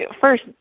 first